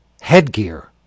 headgear